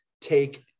take